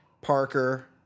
Parker